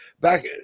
back